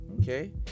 okay